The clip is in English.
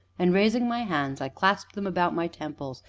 and, raising my hands, i clasped them about my temples,